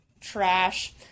Trash